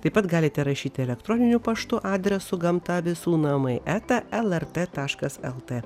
taip pat galite rašyti elektroniniu paštu adresu gamta visų namai eta lrt taškas lt